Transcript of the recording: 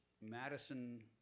Madison